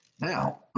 Now